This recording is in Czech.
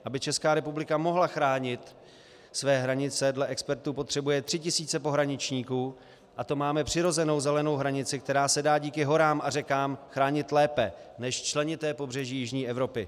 Aby ČR mohla chránit své hranice, dle expertů potřebuje 3000 pohraničníků, a to máme přirozenou zelenou hranici, která se dá díky horám a řekám chránit lépe než členité pobřeží jižní Evropy.